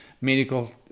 medical